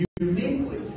uniquely